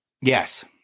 Yes